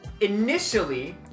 initially